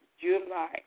July